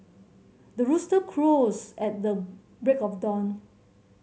the rooster crows at the break of dawn